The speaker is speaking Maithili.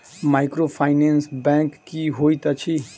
माइक्रोफाइनेंस बैंक की होइत अछि?